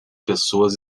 pessoas